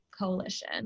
Coalition